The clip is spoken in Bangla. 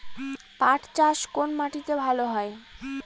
পাট চাষ কোন মাটিতে ভালো হয়?